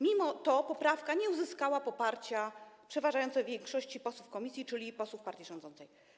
Mimo to poprawka nie uzyskała poparcia przeważającej większości posłów w komisji, czyli posłów partii rządzącej.